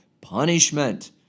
punishment